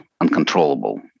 uncontrollable